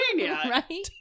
Right